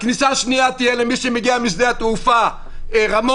הכניסה השנייה תהיה למי שמגיע משדה התעופה רמון,